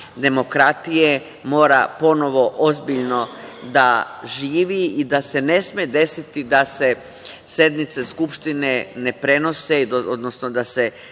demokratije mora ponovo ozbiljno da živi i da se ne sme desiti da se sednice Skupštine ne prenose, odnosno da se